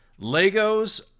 Legos